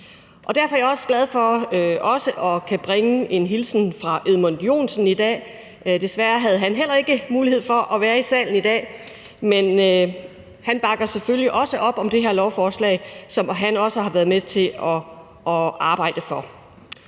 Derfor er jeg glad for også at kunne bringe en hilsen fra Edmund Joensen i dag. Desværre havde han heller ikke mulighed for at være i salen i dag, men han bakker selvfølgelig også op om det her lovforslag, som han også har været med til at arbejde for.